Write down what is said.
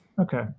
Okay